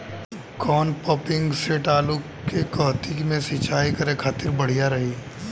कौन pumping set आलू के कहती मे सिचाई करे खातिर बढ़िया रही?